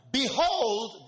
behold